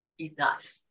enough